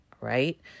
right